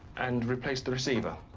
and replace the receiver.